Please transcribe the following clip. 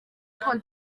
paul